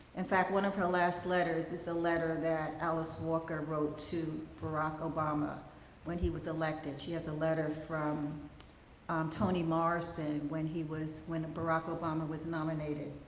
in fact, one of her last letters is a letter that alice walker wrote to barack obama when he was elected. she has a letter from toni morrison, when he was when barack obama was nominated.